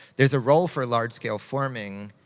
there's a role for large-scale forming,